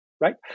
right